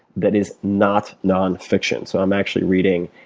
that is not nonfiction. so i'm actually reading,